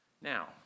now